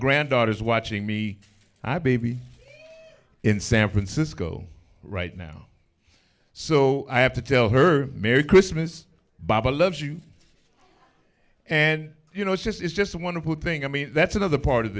granddaughter is watching me i baby in san francisco right now so i have to tell her merry christmas baba loves you and you know it's just it's just one of who think i mean that's another part of